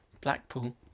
Blackpool